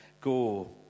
Go